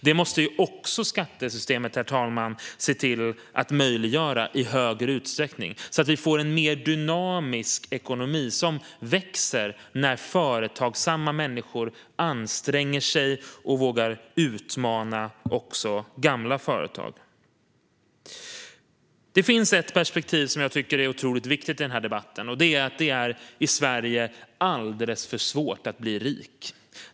Detta måste skattesystemet också möjliggöra i större utsträckning, så att vi får en mer dynamisk ekonomi som växer när företagsamma människor anstränger sig och vågar utmana gamla företag. Det finns ett perspektiv som jag tycker är otroligt viktigt i denna debatt, och det är att det är alldeles för svårt att bli rik i Sverige.